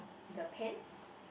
the pants